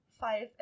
five